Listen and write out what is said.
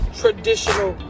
traditional